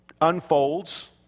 unfolds